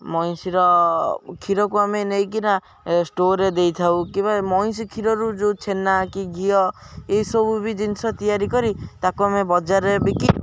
ମଇଁଷିର କ୍ଷୀରକୁ ଆମେ ନେଇକିନା ଷ୍ଟୋର୍ରେ ଦେଇଥାଉ କି ବା ମଇଁଷି କ୍ଷୀରରୁ ଯୋଉ ଛେନା କି ଘିଅ ଏଇସବୁ ବି ଜିନିଷ ତିଆରି କରି ତାକୁ ଆମେ ବଜାରରେ ବିକି